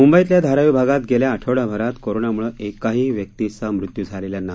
मुंबईतल्या धारावी भागात गेल्या आठवडाभरात कोरोनामुळं एकाही व्यक्तीचा मृत्यू झालेला नाही